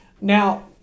Now